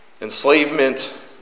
enslavement